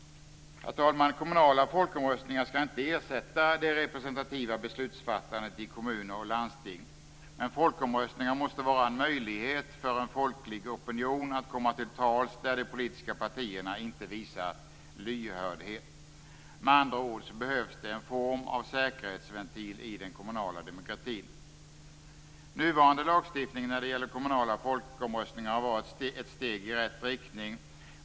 Herr talman! Kommunala folkomröstningar skall inte ersätta det representativa beslutsfattandet i kommuner och landsting. Men folkomröstningar måste vara en möjlighet för en folklig opinion att komma till tals där de politiska partierna inte visar lyhördhet. Med andra ord behövs det en form av säkerhetsventil i den kommunala demokratin. Nuvarande lagstiftning när det gäller kommunala folkomröstningar har varit ett steg i rätt riktning.